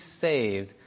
saved